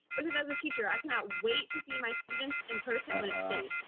because as a teacher, i cannot wait to see my students in-person when it's safe,